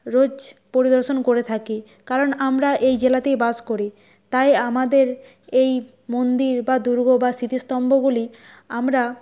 রোজ পরিদর্শন করে থাকি কারণ আমরা এই জেলাতেই বাস করি তাই আমাদের এই মন্দির বা দুর্গ বা স্মৃতিস্তম্ভগুলি আমরা